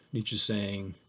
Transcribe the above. nietzsche's saying,